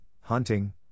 hunting